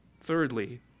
Thirdly